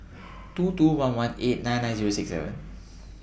two two one one eight nine nine Zero six seven